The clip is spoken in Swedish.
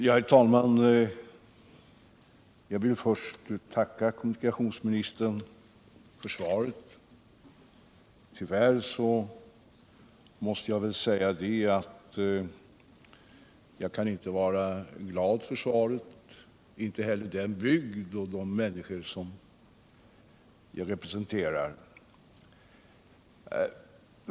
Herr talman! Jag ber att få tacka kommunikationsministern för svaret. Tyvärr måste jag säga att jag inte kan vara glad för det. Det kan inte heller den bygd och de människor som jag representerar.